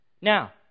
Now